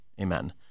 Amen